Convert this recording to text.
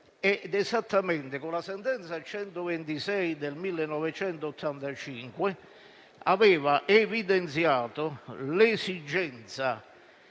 con la sentenza 126 del 1985, aveva evidenziato l'esigenza